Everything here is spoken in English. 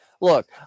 Look